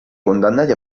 condannati